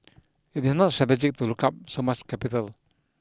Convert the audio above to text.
it is not strategic to look up so much capital